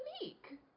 unique